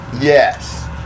Yes